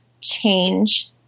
change